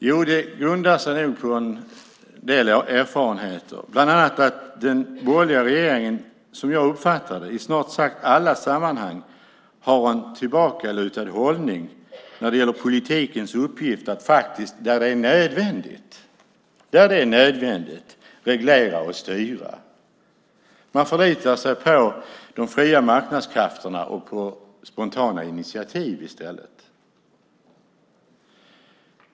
Jo, det grundar sig nog på en del erfarenheter, bland annat på att den borgerliga regeringen i snart sagt alla sammanhang har en tillbakalutad hållning när det gäller politikens uppgift att faktiskt, där det är nödvändigt, reglera och styra. I stället förlitar man sig på de fria marknadskrafterna och på spontana initiativ.